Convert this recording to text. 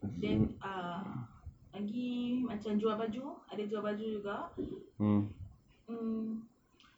then err lagi macam jual baju ada jual baju juga um